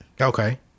Okay